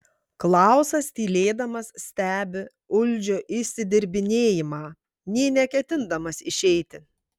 klausas tylėdamas stebi uldžio išsidirbinėjimą nė neketindamas išeiti